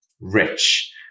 Rich